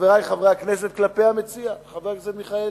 חברי חברי הכנסת, כלפי המציע, חבר הכנסת מיכאלי,